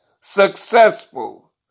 successful